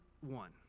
one